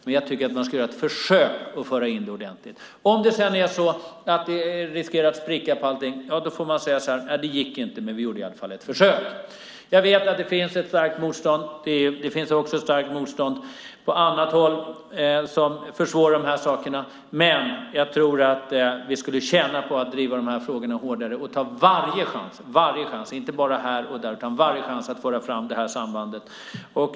Men jag tycker att man ska göra ett ordentligt försök att föra in det. Om det spricker får man säga: Det gick inte, men vi gjorde i alla fall ett försök. Jag vet att det finns ett starkt motstånd i EU. Det finns också starkt motstånd på annat håll som försvårar detta, men jag tror att vi skulle tjäna på att driva de här frågorna hårdare och ta varje chans, inte bara här, att föra fram sambandet.